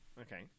Okay